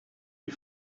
you